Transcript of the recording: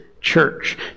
church